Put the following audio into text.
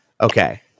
Okay